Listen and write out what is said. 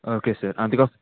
okay sir हांव तुका